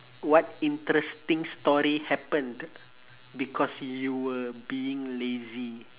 what interesting story happened because you were being lazy